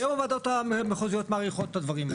הוועדות המחוזיות מאריכות את הדברים האלה.